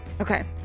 Okay